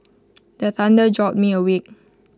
the thunder jolt me awake